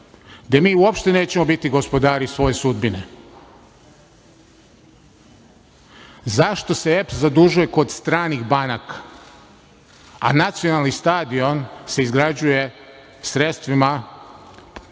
gde mi uopšte nećemo biti gospodari svoje sudbine. Zašto se EPS zadužuje kod stranih banaka, a nacionalni stadion se izgrađuje sredstvima,